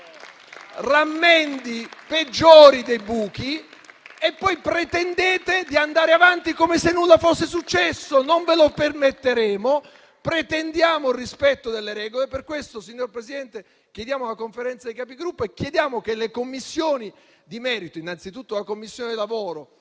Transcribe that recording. rammendi peggiori dei buchi, pretendendo poi di andare avanti come se nulla fosse successo. Non ve lo permetteremo. Pretendiamo il rispetto delle regole. Per questo, signor Presidente, chiediamo la convocazione della Conferenza dei Capigruppo e chiediamo che le Commissioni di merito, innanzitutto la 10a Commissione e la